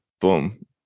boom